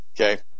Okay